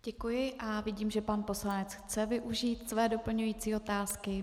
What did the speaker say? Děkuji a vidím, že pan poslanec chce využít své doplňující otázky.